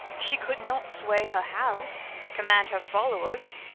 she could not sway her house, command her followers,